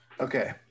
Okay